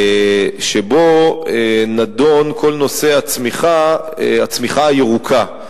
שבו נדון כל נושא הצמיחה הירוקה.